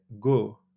go